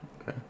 Okay